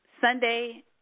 Sunday